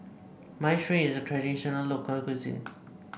minestrone is a traditional local cuisine